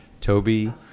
Toby